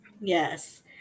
Yes